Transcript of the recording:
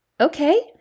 Okay